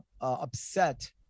upset